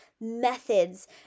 methods